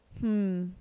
Hmm